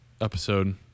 episode